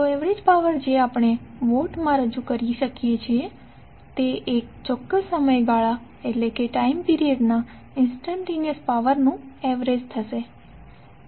તો average power જે આપણે વોટ માં રજૂ કરી શકીએ છીએ તે એક ચોક્કસ સમયગાળા ના ઇંસ્ટંટેનીઅસ પાવર નું એવરેજ થશે